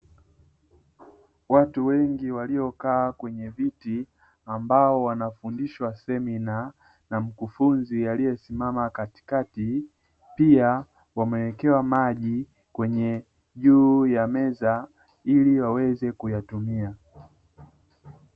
Watu wengi waliokaa kwenye viti ambao wanafundishwa semina na mkufunzi, aliesimama katikati pia wamewekewa maji kwenye juu ya meza ili waweze kuyatumia.